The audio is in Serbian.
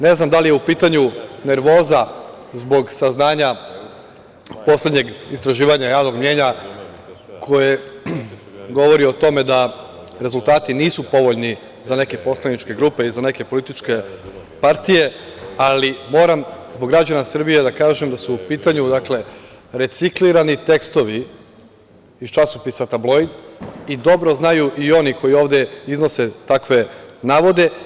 Ne znam da li je u pitanju nervoza zbog saznanja poslednjeg istraživanja javnog mnjenja koje govori o tome da rezultati nisu povoljni za neke poslaničke grupe i za neke političke partije, ali moram zbog građana Srbije da kažem da su u pitanju, dakle, reciklirani tekstovi iz časopisa „Tabloid“ i dobro znaju i oni koji ovde iznose takve navode.